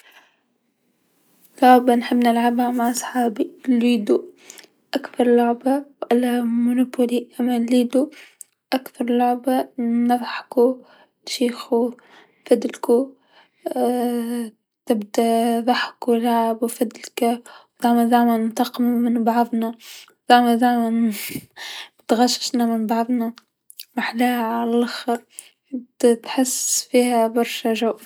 لعبه نحب نلعبها مع صحابي لودو، أكبر لعبه، منوبولي أما لودو أكبر لعبه نضحكو نشيخو نفدلكو تبدا ضحك و لعب و فلدكه و زعما زعما ننتقمو من بعضنا و زعما زعما نتغنششنو من بعضنا، ماحلاها على لاخر ت- تحس فيها برشا جو.